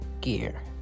Gear